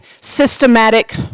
systematic